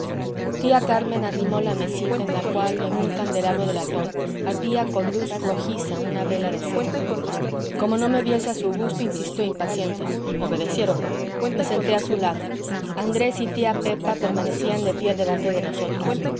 tía carmen arrimó la mesita en la cual en un candelero de latón ardía con luz rojiza una vela de sebo como no me viese a su gusto insistió impaciente obedeciéronla me senté a su lado andrés y tía pepa permanecían de pie delante de nosotros